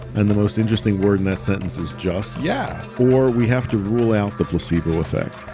and the most interesting word in that sentence is just yeah or we have to rule out the placebo effect.